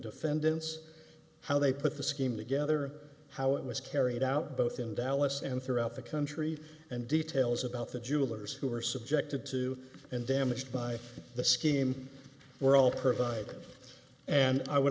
defendants how they put the scheme together how it was carried out both in dallas and throughout the country and details about the jeweller's who were subjected to and damaged by the scheme were all provided and i would